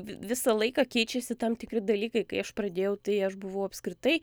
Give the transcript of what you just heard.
vi visą laiką keičiasi tam tikri dalykai kai aš pradėjau tai aš buvau apskritai